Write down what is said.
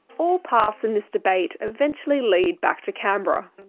all paths in this debate eventually lead back to canberra.